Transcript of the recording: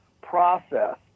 process